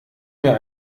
mir